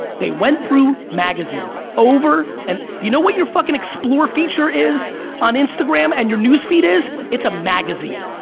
they went through magazines over and, you know what your fucking explore feature is on instagram and your news feed is, it's a magazine.